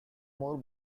more